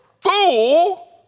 fool